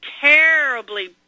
terribly